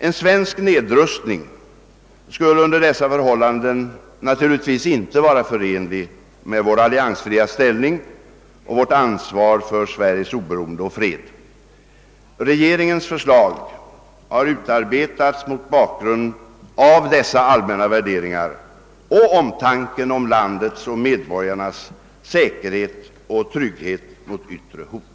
En svensk nedrustning skulle under dessa förhållanden naturligtvis inte vara förenlig med vår alliansfria ställning och vårt ansvar för Sveriges oberoende och fred. Regeringens förslag har utarbetats mot bakgrunden av dessa allmänna värderingar och i omtanke om landets och dess medborgares säkerhet och trygghet mot yttre hot.